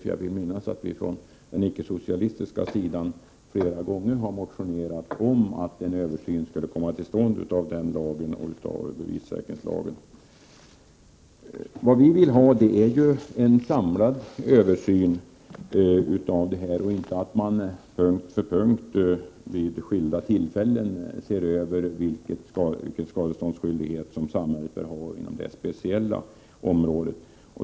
Om jag minns rätt har vi på den icke-socialistiska sidan flera gånger motionerat om att en översyn av betalningssäkringslagen och bevissäkringslagen borde komma till stånd. Vi önskar ju en samlad översyn och vill inte att man punkt för punkt och vid skilda tillfällen ser över vilken skadeståndsskyldighet samhället bör ha inom ett speciellt område.